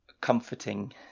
comforting